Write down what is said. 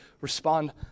respond